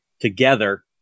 together